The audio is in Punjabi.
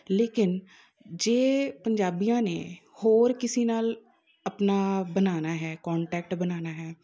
ਲੇਕਿਨ ਜੇ ਪੰਜਾਬੀਆਂ ਨੇ ਹੋਰ ਕਿਸੇ ਨਾਲ ਆਪਣਾ ਬਣਾਉਣਾ ਹੈ ਕੋਂਟੈਕਟ ਬਣਾਉਣਾ ਹੈ